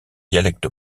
dialecte